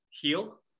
heal